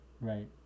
Right